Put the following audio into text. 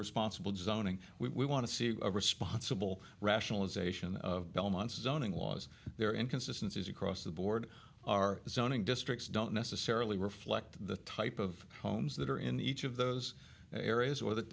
responsible designing we want to see a responsible rationalization of belmont's zoning laws there and consistency across the board are zoning districts don't necessarily reflect the type of homes that are in each of those areas or the